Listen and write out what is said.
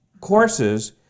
courses